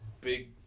big